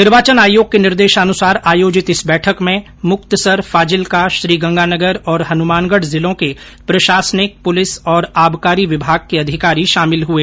निर्वाचन आयोग के निर्देशानुसार आयोजित इस बैठक में मुक्तसर फाजिल्का श्रीगंगानगर और हनुमानगढ़ जिलों के प्रशासनिक पुलिस और आबकारी विभाग के अधिकारी शामिल हुए